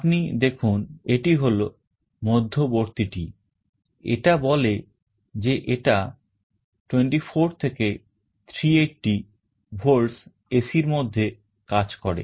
আপনি দেখুন এটি হলো মধ্যবর্তীটি এটা বলে যে এটা 24 থেকে 380 volts AC এর মধ্যে কাজ করে